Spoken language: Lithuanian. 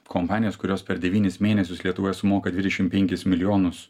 kompanijas kurios per devynis mėnesius lietuvoje sumoka dvidešim penkis milijonus